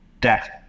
Death